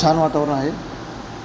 छान वातावरण आहे